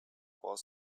was